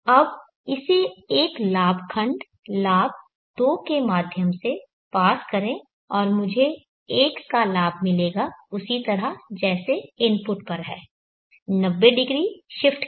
अब इसे एक लाभ खंड लाभ 2 के माध्यम से पास करें और मुझे 1का लाभ मिलेगा उसी तरह जैसे इनपुट पर है 90° शिफ्ट के साथ